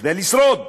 כדי לשרוד.